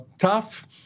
tough